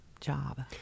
job